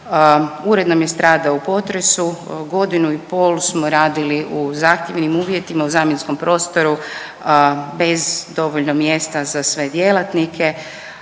ured nam je stradao u potresu, godinu i pol smo radili u zahtjevnim uredima u zamjenskom prostoru bez dovoljno mjesta za sve djelatnike.